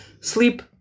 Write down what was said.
sleep